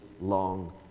long